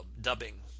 dubbing